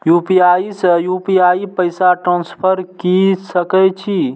UPI से UPI पैसा transfer की सके छी?